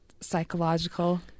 psychological